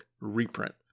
reprint